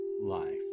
life